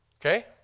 Okay